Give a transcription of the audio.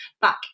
back